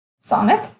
Sonic